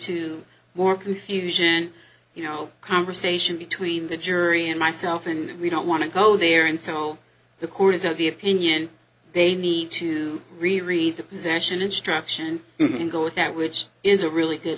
to more confusion you know conversation between the jury and myself and we don't want to go there until the court is of the opinion they need to reread the possession instruction and go with that which is a really good